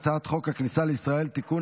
אני קובע כי הצעת חוק לשכת עורכי הדין (תיקון,